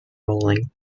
rolling